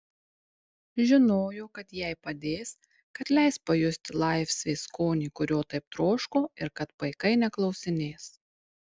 žinojo kad jai padės kad leis pajusti laisvės skonį kurio taip troško ir kad paikai neklausinės